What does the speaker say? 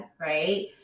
right